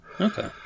okay